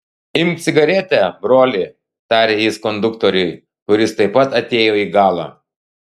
imk cigaretę broli tarė jis konduktoriui kuris taip pat atėjo į galą